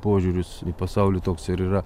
požiūris į pasaulį toks ir yra